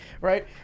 right